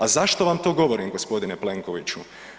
A zašto vam to govorim gospodine Plenkoviću?